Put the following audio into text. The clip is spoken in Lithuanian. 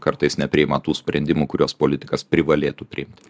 kartais nepriima tų sprendimų kuriuos politikas privalėtų priimti